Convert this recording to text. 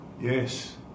Yes